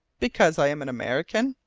because i am an american?